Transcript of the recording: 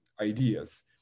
ideas